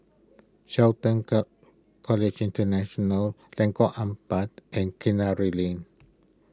Shelton College International Lengkok Empat and Kinara Lane